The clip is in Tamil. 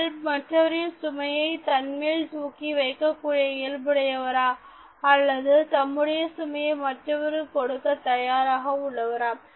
நீங்கள் மற்றவரின் சுமையை தன்மேல் தூக்கி வைக்கக்கூடிய இயல்புடையவரா அல்லது தம்முடைய சுமையை மற்றவருக்கு கொடுக்க தயாராக உள்ளவரா